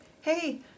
hey